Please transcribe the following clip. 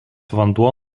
vanduo